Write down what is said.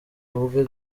ubwe